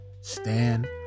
Stand